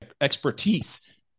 expertise